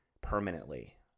permanently